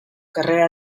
carrera